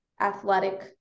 athletic